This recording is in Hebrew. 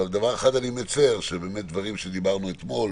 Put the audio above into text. אבל דבר אחד אני מצר, שבאמת דברים שדיברנו אתמול,